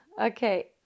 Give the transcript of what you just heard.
Okay